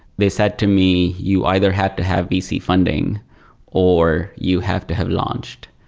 they said to me, you either have to have vc funding or you have to have launched.